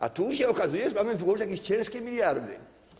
A tu się okazuje, że mamy wyłożyć jakieś ciężkie miliardy.